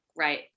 Right